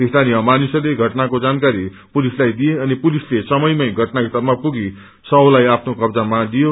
स्थानीय मानिसहरूले घटनको जानकारी पुलिसलाई दिए अनि पुलिसले समयमानै घटना स्थलमा पुगी शवलाइ आफ्नो कब्जामा लियो